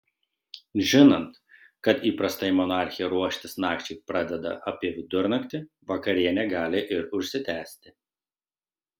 žinant kad įprastai monarchė ruoštis nakčiai pradeda apie vidurnaktį vakarienė gali ir užsitęsti